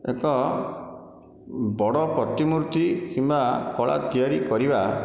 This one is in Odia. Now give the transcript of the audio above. ଏକ ବଡ଼ ପ୍ରତିମୂର୍ତ୍ତି କିମ୍ବା କଳା ତିଆରି କରିବା